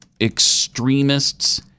extremists